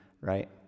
right